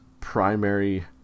primary